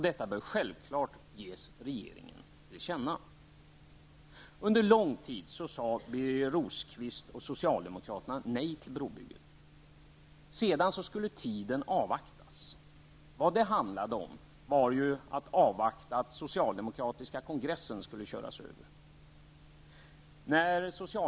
Detta bör självfallet ges regeringen till känna. Under lång tid sade Birger Rosqvist och socialdemokraterna nej till ett brobygge. Sedan skulle det avvaktas. Vad det handlade om var att man skulle avvakta den socialdemokratiska kongressen, som skulle köras över.